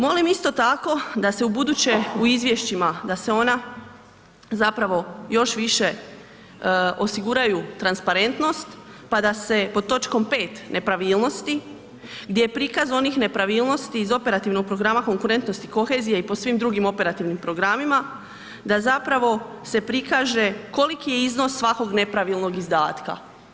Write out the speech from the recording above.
Molim isto tako, da se ubuduće u izvješćima, da se ona zapravo još više osiguraju transparentnost pa da se pod točkom 5. Nepravilnosti, gdje je prikaz onih nepravilnosti gdje je prikaz onih nepravilnosti iz operativnog programa Konkurentnost i kohezija i po svim drugim operativnim programima da zapravo se prikaže koliki je iznos svakog nepravilnog izdatka.